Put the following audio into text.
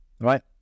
Right